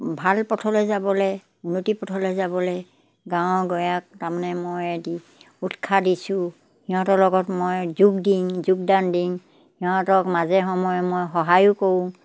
ভাল পথলৈ যাবলৈ উন্নতিৰ পথলৈ যাবলৈ গাঁৱৰ গঞাক তাৰমানে মই এটি উৎসাহ দিছোঁ সিহঁতৰ লগত মই যোগ দিওঁ যোগদান দিম সিহঁতক মাজে সময়ে মই সহায়ো কৰোঁ